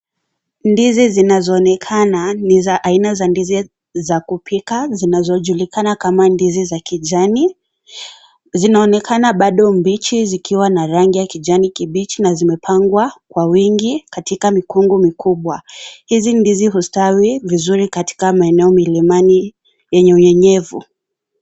Ndizi zinazoonekana ni za aina za ndizi za kupika zinazojulikana kama ndizi za kijani. Zinaonekana bado mbichi zikiwa na rangi ya kijani kibichi na zimepangwa kwa wingi katika mikungu mikubwa. Hizi ndizi hustawi vizuri katika maeneo milimani yenye unyenyevu.